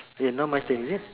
eh now my turn is it